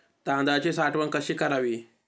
तांदळाची साठवण कशी करावी?